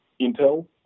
intel